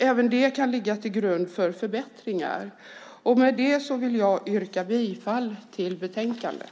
Även de kan ligga till grund för förbättringar. Med det vill jag yrka på godkännande av utskottets anmälan i betänkandet.